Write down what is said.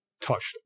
touched